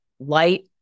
light